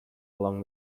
along